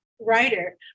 writer